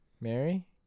Mary